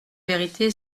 vérité